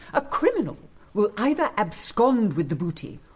a criminal will either abscond with the booty,